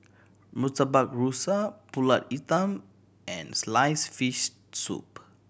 Murtabak Rusa Pulut Hitam and slice fish soup